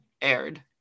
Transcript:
aired